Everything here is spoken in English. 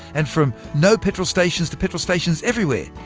and from no petrol stations to petrol stations everywhere,